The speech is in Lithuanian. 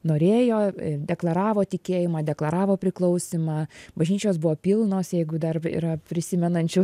norėjo deklaravo tikėjimą deklaravo priklausymą bažnyčios buvo pilnos jeigu dar yra prisimenančių